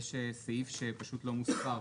יש סעיף שפשוט לא מוספר,